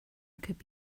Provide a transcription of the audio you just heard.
could